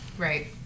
Right